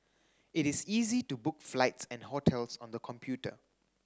it is easy to book flights and hotels on the computer